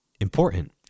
important